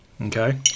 okay